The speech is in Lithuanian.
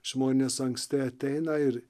žmonės anksti ateina ir